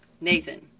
Nathan